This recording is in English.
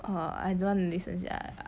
err I don't want to listen sia